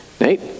Nate